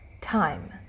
time